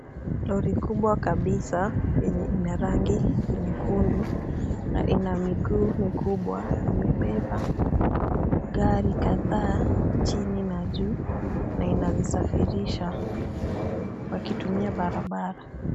Lori kubwa kabisa yenye inarangi nyekundu na ina miguu mikubwa imebeba gari kadhaa chini na juu na inazisafrisha wakitimia barabara.